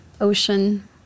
ocean